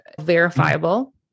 verifiable